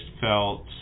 felt